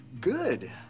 Good